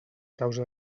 causa